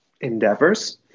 endeavors